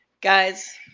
guys